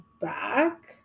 back